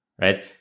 right